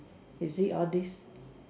is it all these